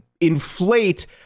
inflate